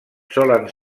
solen